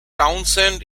townsend